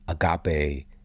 Agape